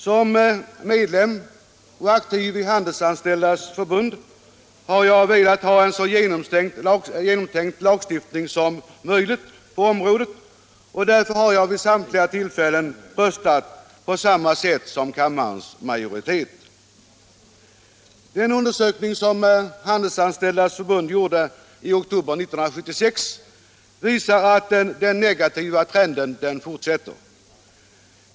Som medlem och aktiv i Handelsanställdas förbund har jag velat ha en så väl genomtänkt lagstiftning som möjligt på området och därför har jag vid samtliga tillfällen röstat på samma sätt som kammarens majoritet. Den undersökning som Handelsanställdas förbund gjorde i oktober 1976 visar att den negativa trenden fortsätter.